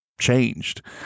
changed